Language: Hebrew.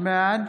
בעד